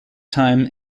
time